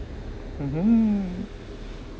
mmhmm